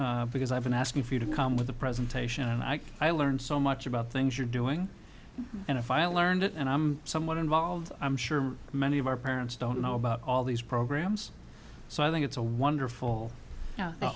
because i've been asking for you to come with the presentation and i i learned so much about things you're doing and if i learned it and i'm somewhat involved i'm sure many of our parents don't know about all these programs so i think it's a wonderful